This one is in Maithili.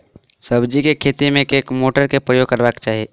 सब्जी केँ खेती मे केँ मोटर केँ प्रयोग करबाक चाहि?